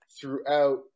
throughout